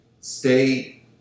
stay